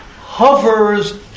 hovers